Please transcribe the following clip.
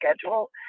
schedule